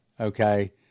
okay